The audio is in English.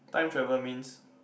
time travel means